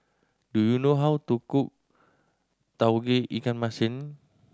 do you know how to cook Tauge Ikan Masin